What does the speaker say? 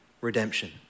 redemption